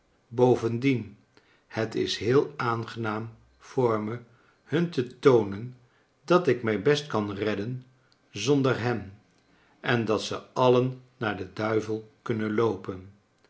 bovendien het is heel aangenaam voor me hun te toonen dat ik mij best kan redden zonder hen en dat ze alien naar den duivel kunnen loopen